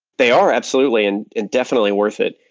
they are, absolutely and and definitely worth it.